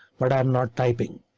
but i'm not typing.